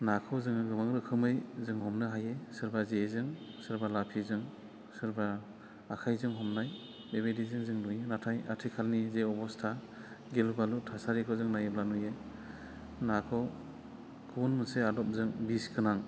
नाखौ जोङो गोबां रोखोमै जों हमनो हायो सोरबा जेजों सोरबा लाफिजों सोरबाया आखाइजों हमनाय बेबायदि जों नुयो नाथाय आथिखालनि जे अबस्था गिलु बालु थासारिखौ जों नायोब्ला नुयो नाखौ गुबुन मोनसे आदबजों बिस गोनां